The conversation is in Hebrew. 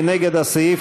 מי נגד הסעיף?